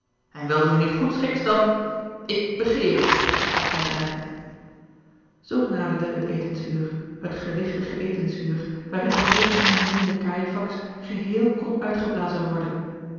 en wilde zij niet goedschiks dan ik begeer het sprak hij dreigend george een ongeluksvogel zoo naderde het etensuur het gewigtige etensuur waarin de hoop van den minnenden cajefax geheel kon uitgeblazen worden